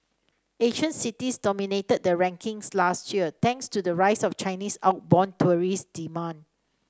Asian cities dominated the rankings last year thanks to the rise of Chinese outbound tourism demand